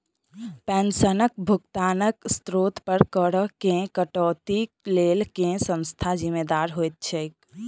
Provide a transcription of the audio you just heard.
पेंशनक भुगतानक स्त्रोत पर करऽ केँ कटौतीक लेल केँ संस्था जिम्मेदार होइत छैक?